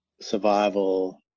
survival